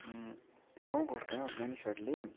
गाउँ घरका मानिसहरूले